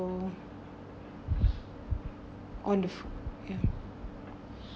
on the f~ ya